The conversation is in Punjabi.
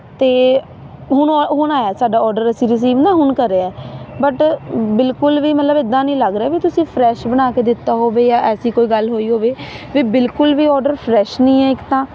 ਅਤੇ ਹੁਣ ਹੁਣ ਆਇਆ ਸਾਡਾ ਔਡਰ ਅਸੀਂ ਰਿਸੀਵ ਨਾ ਹੁਣ ਕਰਿਆ ਬਟ ਬਿਲਕੁਲ ਵੀ ਮਤਲਬ ਇੱਦਾਂ ਨਹੀਂ ਲੱਗ ਰਿਹਾ ਵੀ ਤੁਸੀਂ ਫਰੈਸ਼ ਬਣਾ ਕੇ ਦਿੱਤਾ ਹੋਵੇ ਜਾਂ ਐਸੀ ਕੋਈ ਗੱਲ ਹੋਈ ਹੋਵੇ ਵੀ ਬਿਲਕੁਲ ਵੀ ਔਡਰ ਫਰੈਸ਼ ਨਹੀਂ ਹੈ ਇੱਕ ਤਾਂ